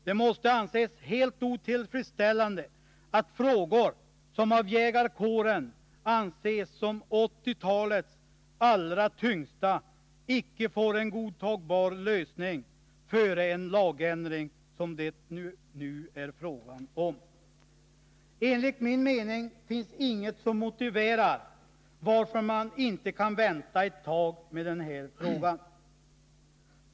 Det måste vara helt otillfredsställande att frågor som av jägarkåren anses som 1980-talets allra tyngsta icke får en godtagbar lösning före en sådan lagändring som det nu gäller. Enligt min mening finns det inget som motiverar att man inte skulle kunna vänta ett tag med den här frågan.